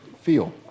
feel